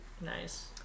Nice